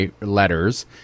Letters